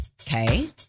Okay